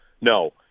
No